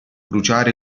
bruciare